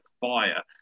fire